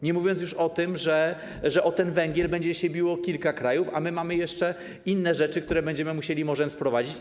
Nie mówiąc już o tym, że o ten węgiel będzie się biło kilka krajów, a my mamy jeszcze inne rzeczy, które będziemy musieli sprowadzić morzem.